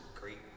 great